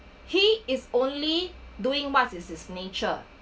he is only doing much as his nature